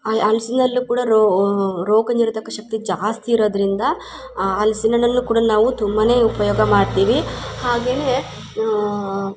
ಹಲ ಹಲಸಿನಲ್ಲು ಕೂಡ ರೋಗ ನಿರೋಧಕ ಶಕ್ತಿ ಜಾಸ್ತಿ ಇರೋದರಿಂದ ಹಲ್ಸಿನ ಹಣ್ಣನ್ನು ಕೂಡ ನಾವು ತುಂಬಾ ಉಪಯೋಗ ಮಾಡ್ತೀವಿ ಹಾಗೇ